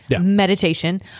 meditation